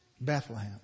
Bethlehem